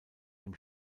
dem